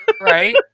Right